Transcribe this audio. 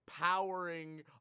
powering